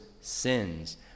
sins